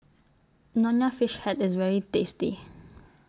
Nonya Fish Head IS very tasty